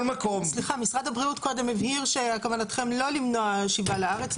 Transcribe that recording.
משרד הבריאות הבהיר קודם שכוונתו היא לא למנוע שיבה לארץ.